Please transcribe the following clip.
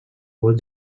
molt